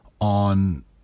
on